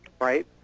right